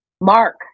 Mark